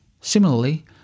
Similarly